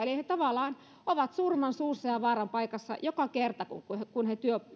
he tavallaan ovat surman suussa ja vaaran paikassa joka kerta kun he kun he